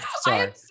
sorry